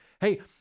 hey